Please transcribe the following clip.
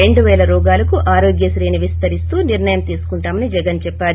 రెండు పేల రోగాలకు ఆరోగ్యశ్రీని విస్తరిస్తూ నిర్లయం త్రిసుకుంటామని జగన్ చెప్పారు